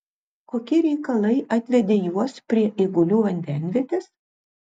kokie reikalai atvedė juos prie eigulių vandenvietės